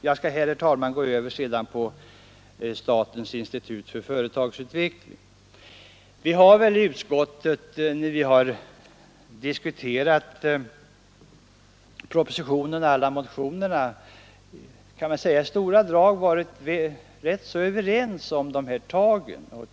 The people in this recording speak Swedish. Jag skall nu, herr talman, gå över till att beröra statens institut för företagsutveckling. När vi i utskottet diskuterat propositionen och alla motionerna har vi i stora drag varit rätt överens om de här åtgärderna.